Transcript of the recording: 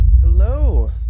hello